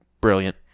brilliant